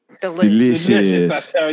Delicious